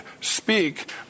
speak